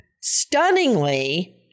Stunningly